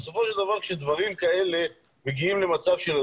בסופו של דבר כשדברים כאלה מגיעים למצב של אלימות,